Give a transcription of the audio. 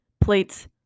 plates